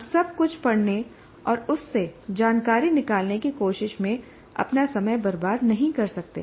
आप सब कुछ पढ़ने और उससे जानकारी निकालने की कोशिश में अपना समय बर्बाद नहीं कर सकते